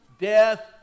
death